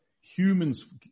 Humans